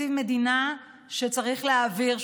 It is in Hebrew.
תקציב מדינה שצריך להעביר,